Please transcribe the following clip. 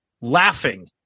laughing